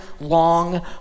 long